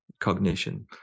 cognition